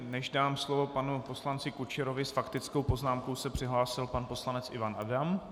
Než dám slovo panu poslanci Kučerovi, s faktickou poznámkou se přihlásil pan poslanec Ivan Adam.